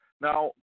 Now